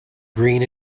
green